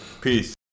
Peace